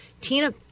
Tina